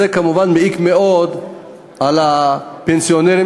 זה כמובן מעיק מאוד על הפנסיונרים,